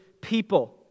people